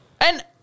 And-